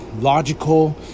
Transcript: logical